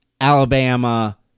Alabama